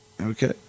Okay